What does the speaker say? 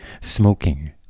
smoking